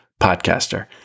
podcaster